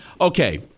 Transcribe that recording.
Okay